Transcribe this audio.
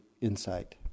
insight